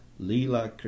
Lila